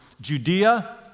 Judea